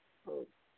ओ